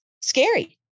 scary